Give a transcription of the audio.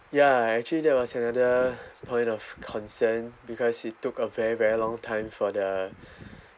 ya actually that was a point of concern because it took a very very long time for the